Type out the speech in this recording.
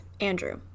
Andrew